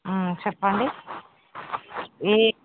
చెప్పండి ఏయే